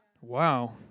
Wow